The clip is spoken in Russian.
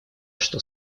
что